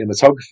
cinematography